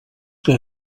que